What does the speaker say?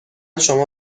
شما